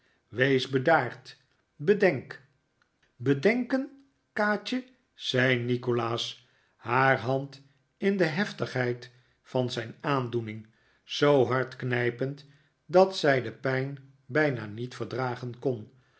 wees bedaard bedenk bedenken kaatje zei nikolaas haar hand in de heftigheid van zijn aandoening zoo hard knijpend dat zij de pijn bijna niet verdragen kon